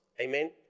amen